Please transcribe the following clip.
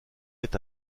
est